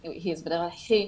זה בדרך כלל היא,